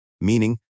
meaning